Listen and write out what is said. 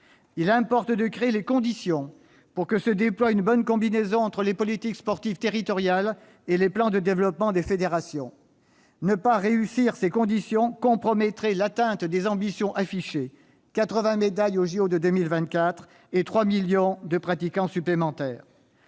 Il importe de créer les conditions pour que se déploie une bonne combinaison entre les politiques sportives territoriales et les plans de développement des fédérations. Ne pas réunir ces conditions compromettrait l'atteinte des ambitions affichées : 80 médailles aux JO de 2024 et 3 millions de pratiquants supplémentaires.